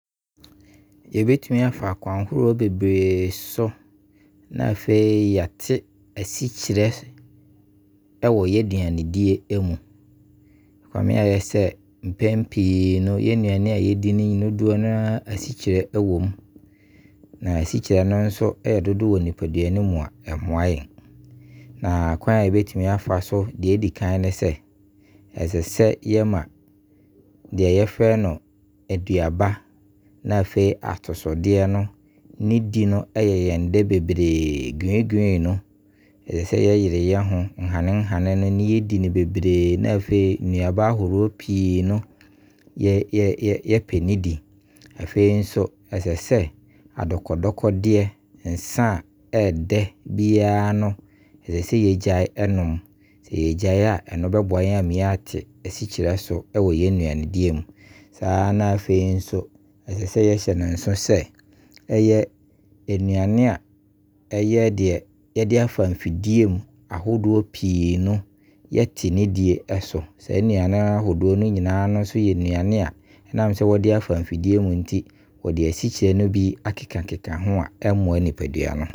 Yɛbɛtumi afa kwan ahoroɔ bebree so na afei yɛ ate asikyire wɔ yɛn aduane die mu. Ɛkame ayɛ sɛ mpɛn pii no yɛn nnuane a yɛdi dodoɔ no a asikyire wɔ mu. Na asikyire no yɛ dodo wɔ nipadua no mu a ɛmmoa yɛn. Na kwan a yɛbɛtumi afa so deɛ ɛdi kan ne sɛ, ɛsɛ sɛ yɛma deɛ yɛfrɛ no sɛ aduaba ne afei atosodeɛ no di yɛ yɛn dɛ bebree. Green green no ɛsɛ sɛ yɛyere yɛ ho, nhanehane no na yɛdi no bebree. Na afei nnuaba ahoroɔ pii no yɛpɛ ne di. Afei nso, ɛsɛ sɛ adokɔdokɔdeɛ, nsa a ɛdɛ biara no ɛsɛ sɛ yɛgyae nom. Sɛ yɛgyae a ɛno bɛboa yɛn ama yɛate asikyire so wɔ yɛn nnuane die mu. Saa na afei nso, ɛsɛ sɛ yɛhyɛ no nso sɛ, ɛyɛ nnuane a ɛyɛ deɛ yɛde afa mfidie mu ahodoɔ pii no yɛte ne die so. Saa nnuane bebree no nyinaa yɛ nnuane a ɛnam sɛ wɔde afa mfidie mu nti, wɔde asikyire no bi akeka ho a ɛmmoa nipadua no.